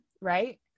right